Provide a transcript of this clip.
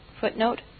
Footnote